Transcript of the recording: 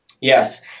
Yes